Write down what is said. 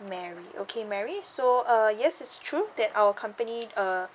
mary okay mary so uh yes it's true that our company uh